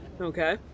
Okay